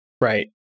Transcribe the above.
Right